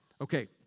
Okay